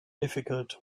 difficult